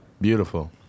Beautiful